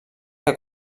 que